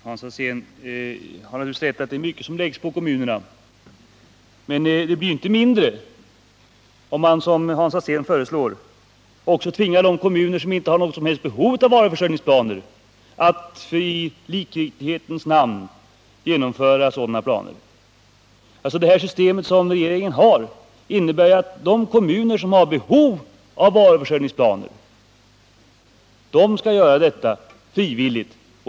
Herr talman! För det första: Hans Alsén har naturligtvis rätt i att det är 20 november 1978 många uppgifter som läggs på kommunerna, men de blir inte färre om man som Hans Alsén föreslår också skall tvinga de kommuner som inte har något behov av varuförsörjningsplaner att i likriktningens namn ändå genomföra sådana. Regeringens system innebär att de kommuner som har behov därav skall genomföra varuförsörjningsplaner frivilligt.